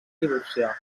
divorciar